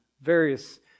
various